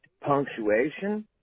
punctuation